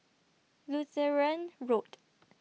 Lutheran Road